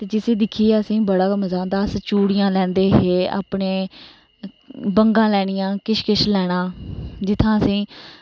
ते जिसी दिक्खियै असें बड़ा गै मज़ा आंदा हा अस चूड़ियां लैंदे हे अपने बंगां लैनियां किश किश लैना जित्थां असेंई